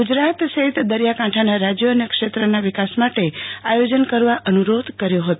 ગુજરાત સહિત દરિયાકાંઠાના રાજયો અને ક્ષેત્રના વિકાસ માટે આયોજન કરવા અનુરોધ કર્યો હતો